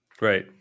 Right